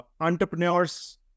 Entrepreneurs